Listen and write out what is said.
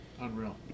unreal